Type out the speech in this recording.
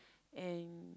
and